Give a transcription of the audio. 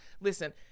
Listen